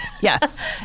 Yes